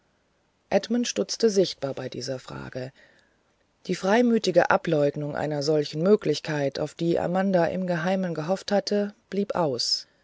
edmund stutzte sichtbar bei dieser frage die freimütige ableugnung einer solchen möglichkeit auf die amanda im geheimen gehofft hatte blieb aus